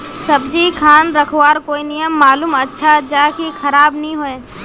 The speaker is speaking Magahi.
सब्जी खान रखवार कोई नियम मालूम अच्छा ज की खराब नि होय?